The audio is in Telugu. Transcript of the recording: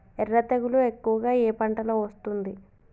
ఎర్ర తెగులు ఎక్కువగా ఏ పంటలో వస్తుంది?